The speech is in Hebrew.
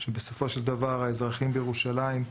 בסופו של דבר האזרחים בירושלים,